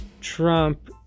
Trump